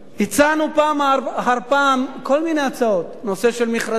הצענו פעם אחר פעם כל מיני הצעות: נושא של מכרזים,